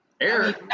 eric